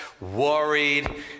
worried